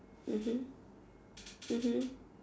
mmhmm mmhmm